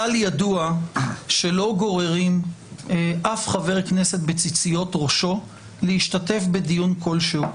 כלל ידוע שלא גוררים אף חבר כנסת בציציות ראשו להשתתף בדיון כלשהו.